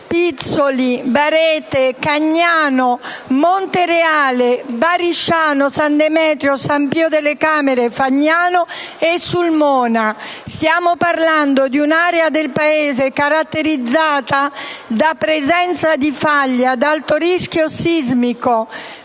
Pizzoli, Barete, Cagnano, Montereale, Barisciano, San Demetrio, San Pio delle Camere, Fagnano e Sulmona. Stiamo parlando di un'area del Paese caratterizzata dalla presenza di faglie ad alto rischio sismico,